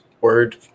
word